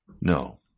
No